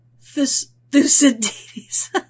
Thucydides